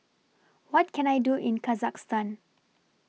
What Can I Do in Kazakhstan